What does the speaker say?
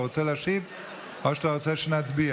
אתה רוצה להשיב או שאתה רוצה שנצביע?